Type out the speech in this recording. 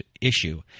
issue